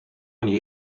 niej